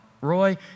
Roy